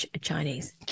Chinese